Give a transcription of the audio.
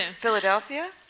Philadelphia